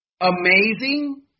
amazing